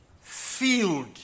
filled